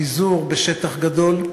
פיזור בשטח גדול,